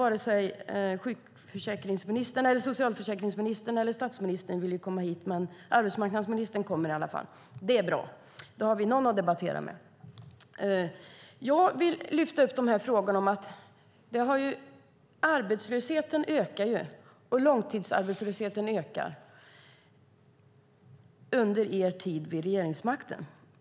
Varken sjukförsäkringsministern, socialförsäkringsministern eller statsministern ville komma hit, men arbetsmarknadsministern kommer i alla fall. Det är bra; då har vi någon att debattera med. Jag vill lyfta upp frågan om att arbetslösheten ökar. Långtidsarbetslösheten ökar under er tid vid regeringsmakten.